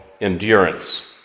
endurance